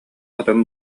атын